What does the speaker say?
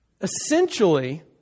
Essentially